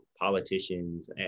politicians